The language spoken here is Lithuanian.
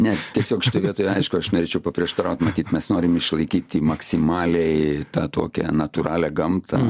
ne tiesiog šitoj vietoj aišku aš norėčiau paprieštaraut matyt mes norim išlaikyti maksimaliai tą tokią natūralią gamtą